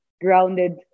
grounded